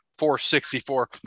464